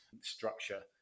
structure